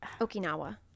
Okinawa